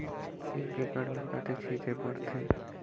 एक एकड़ मे कतेक छीचे पड़थे?